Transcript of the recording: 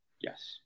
Yes